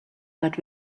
but